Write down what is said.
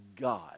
God